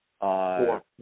Four